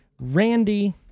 Randy